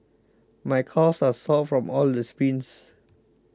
my calves are sore from all the sprints